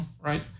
right